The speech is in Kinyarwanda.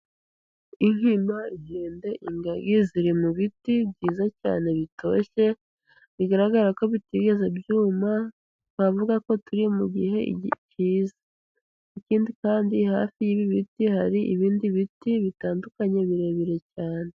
Inkima, inkende ingagi, ziri mubiti byiza cyane bitoshye, bigaragara ko bitigeze byuma twavuga ko turi mu gihe kiza. Ikindi kandi hafi y'ibi biti hari ibindi biti bitandukanye birebire cyane.